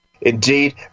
indeed